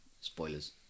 spoilers